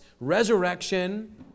resurrection